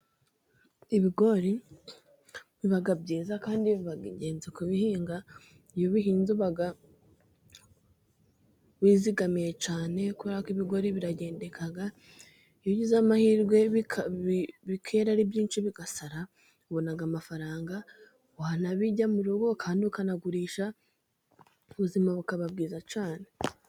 Ibigori biba byiza kandi biba ingenzi kubihinga, iyo ubihinze uba wizigamiye cyane kubera ko ibigori biragendeka, iyo ugize amahirwe bikera ari byinshi, bigasara, ubona amafaranga, wanabirya mu rugo kandi ukanagurisha ubuzima bukaba bwiza cyane.